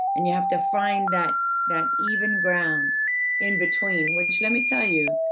and you have to find that that even ground in between, which, let me tell you,